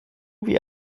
wie